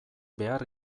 behar